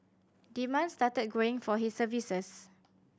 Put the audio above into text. demand started growing for his services